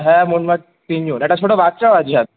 হ্যাঁ মোটমাট তিনজন একটা ছোটো বাচ্চা ও আছে